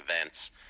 events